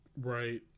Right